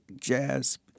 jazz